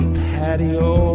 patio